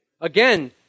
Again